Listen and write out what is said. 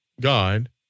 God